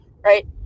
right